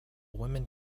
women